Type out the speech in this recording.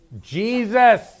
Jesus